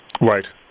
Right